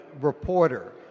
reporter